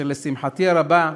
ולשמחתי הרבה,